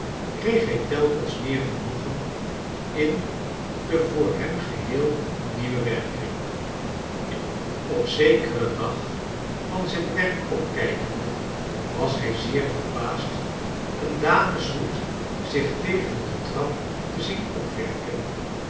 kreeg hij telkens meer genoegen in den voor hem geheel nieuwen werkkring op zekeren dag van zijn werk opkijkende was hij zeer verbaasd een dameshoed zich tegen de trap te zien opwerken